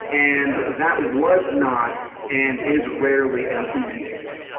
and that was not and is rarely an easy answer,